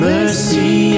Mercy